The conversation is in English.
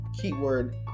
keyword